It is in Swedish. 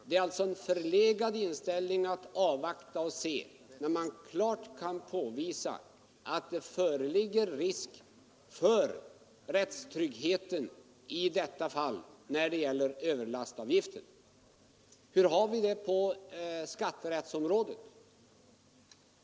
Det är alltså en förlegad inställning att vänta och se, när man klart i den fråga vi nu diskuterar kan påvisa att det föreligger risk för rättstryggheten. Hur har vi det på skatterättsområdet?